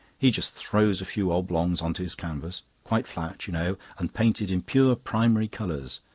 he just throws a few oblongs on to his canvas quite flat, you know, and painted in pure primary colours.